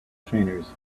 trainers